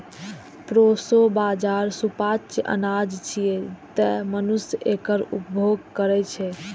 proso bajra सुपाच्य अनाज छियै, तें मनुष्य एकर उपभोग करै छै